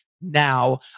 now